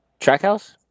Trackhouse